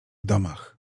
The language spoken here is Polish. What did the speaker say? domach